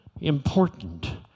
important